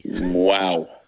Wow